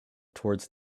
towards